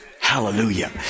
Hallelujah